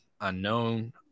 unknown